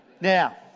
Now